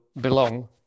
belong